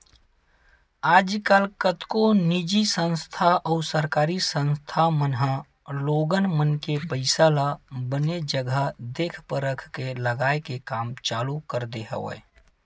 आजकल कतको निजी संस्था अउ सरकारी संस्था मन ह लोगन मन के पइसा ल बने जघा देख परख के लगाए के काम चालू कर दे हवय